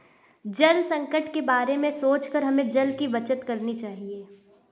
जल संकट के बारे में सोचकर हमें जल की बचत करनी चाहिए